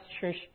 church